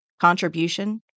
contribution